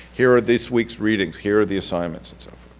here are this week's readings. here are the assignments and so